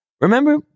Remember